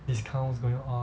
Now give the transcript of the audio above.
discounts going on